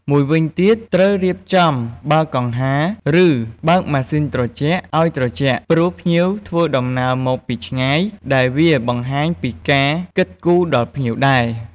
មួយវិញទៀត ត្រូវរៀបចំ បើកកង្ហារ ឬបើកម៉ាស៊ីនត្រជាក់អោយត្រជាក់ ព្រោះភ្ញៀវធ្វើដំណើរមកពីឆ្ងាយ ដែលវាបង្ហាញពីការគិតគូរដល់ភ្ញៀវដែរ។